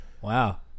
Wow